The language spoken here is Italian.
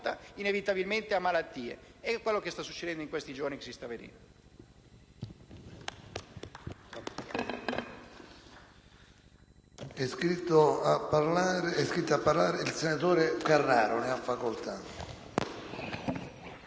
inevitabilmente a malattie. È quello che sta succedendo in questi giorni. *(Applausi dal